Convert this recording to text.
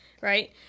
right